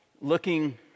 looking